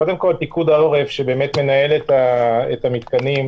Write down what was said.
פיקוד העורף, שמנהל את המתקנים,